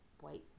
white